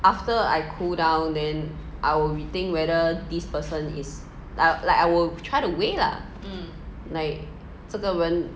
after I cool down then I will rethink whether this person is like like I will try to weigh lah like 这个人